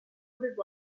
ordered